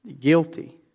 guilty